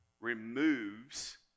removes